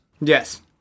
Yes